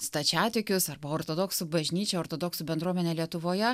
stačiatikius arba ortodoksų bažnyčią ortodoksų bendruomenę lietuvoje